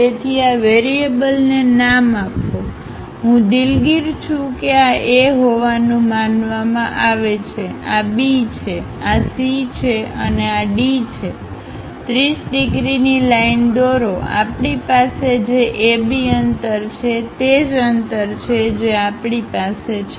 તેથી આ વેરિયેબલ ને નામ આપો હું દિલગીર છું કે આ A હોવાનું માનવામાં આવે છે આ B છે આ C છે અને આ D છે 30 ડિગ્રીની લાઈન દોરો આપણી પાસે જે AB અંતર છે તે જ અંતર છે જે આપણી પાસે છે